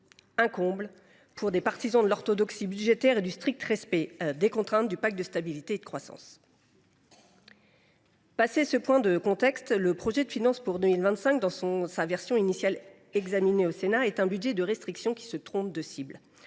un comble pour des partisans de l’orthodoxie budgétaire et du strict respect des contraintes du pacte de stabilité et de croissance. Le contexte étant posé, le projet de loi de finances pour 2025 dans sa version initiale, celle qui est examinée au Sénat, est un budget de restriction qui se trompe de cible.